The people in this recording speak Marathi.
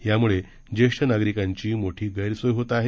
यामुळं ज्येष्ठ नागरिकांची मोठी गैरसोय होत आहे